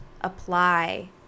apply